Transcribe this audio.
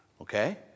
Okay